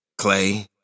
Clay